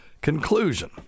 Conclusion